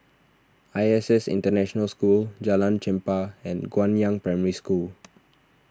I S S International School Jalan Chempah and Guangyang Primary School